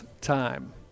time